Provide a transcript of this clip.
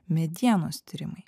medienos tyrimai